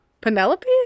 Penelope